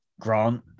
Grant